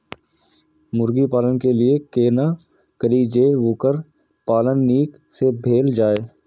मुर्गी पालन के लिए केना करी जे वोकर पालन नीक से भेल जाय?